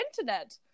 internet